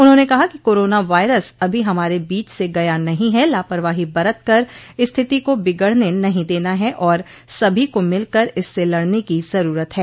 उन्होंने कहा कि कोरोना वायरस अभी हमारे बीच से गया नहीं है लापरवाही बरत कर स्थिति को बिगड़ने नहीं देना है और सभी को मिलकर इससे लड़ने की जरूरत है